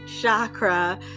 chakra